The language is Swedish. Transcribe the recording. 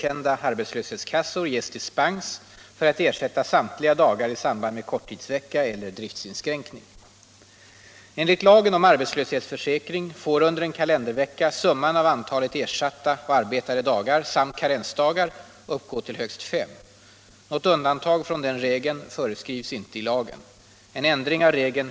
Inom pappersoch massaindustrin samt inom järnoch stålindustrin, där man har skiftgång som omfattar mer än fem dagar per vecka, har uppstått det förhållandet att de som permitteras inte erhållit arbetslöshetsersättning för samtliga arbetslösa dagar, därför att arbetslöshetsersättning enligt gällande bestämmelser får utges för högst fem dagar per vecka.